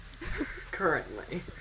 currently